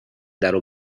درو